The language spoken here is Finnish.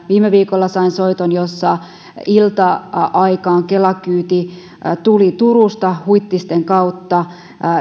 viime viikolla sain soiton että ilta aikaan kela kyyti tuli turusta huittisten kautta